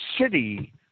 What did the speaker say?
city